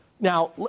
Now